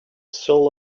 soul